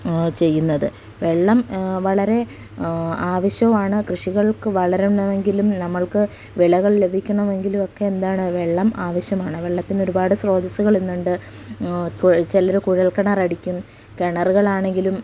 അത് ചെയ്യുന്നത് വെള്ളം വളരെ ആവശ്യമാണ് കൃഷികൾക്ക് വളരണമെങ്കിലും നമ്മൾക്ക് വിളകൾ ലഭിക്കണമെങ്കിലും ഒക്കെ എന്താണ് വെള്ളം ആവശ്യമാണ് വെള്ളത്തിന് ഒരുപാട് സ്രോതസ്സുകൾ ഇന്നുണ്ട് ചിലർ കുഴൽക്കിണറടിക്കും കിണറുകളാണെങ്കിലും